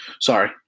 Sorry